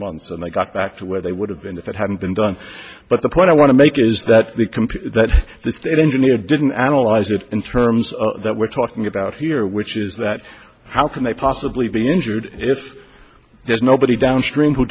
months and they got back to where they would have been if it hadn't been done but the point i want to make is that the computer that the state engineer didn't analyze it in terms that we're talking about here which is that how can they possibly be injured if there's nobody downstream who